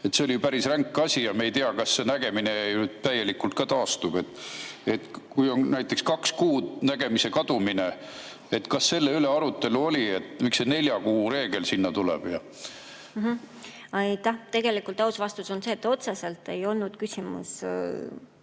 See oli päris ränk asi ja me ei tea, kas see nägemine täielikult taastub, kui on näiteks kaks kuud nägemine olnud kadunud. Kas selle üle oli arutelu? Miks see nelja kuu reegel sinna tuleb? Aitäh! Tegelikult aus vastus on see, et otseselt ei olnud küsimust.